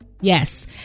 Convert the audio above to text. Yes